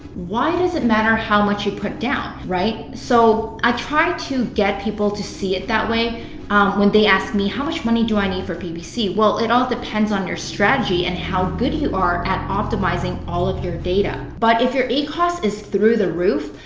why does it matter how much you put down, right? so i try to get people to see it that way when they ask me how much money do i need for ppc well, it all depends on your strategy and how good you are at optimizing all of your data. but if your acos is through the roof,